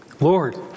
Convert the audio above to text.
Lord